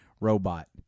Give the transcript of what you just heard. robot